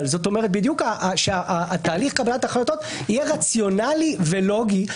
שתהליך קבלת ההחלטות יהיה רציונלי ולוגי.